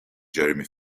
jeremy